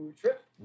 trip